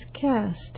cast